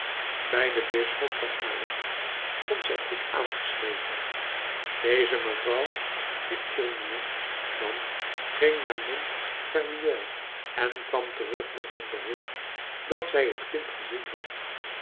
bij den bisschop van arras stond zij goed aangeschreven deze mevrouw victurnien dan ging naar montfermeil en kwam terug met het bericht dat zij het kind gezien had